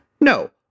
No